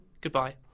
goodbye